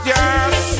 Yes